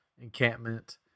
encampment